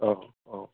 औ औ